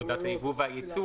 פקודת היבוא והייצוא,